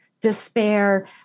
despair